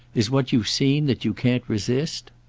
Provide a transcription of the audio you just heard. is what you've seen that you can't resist?